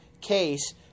case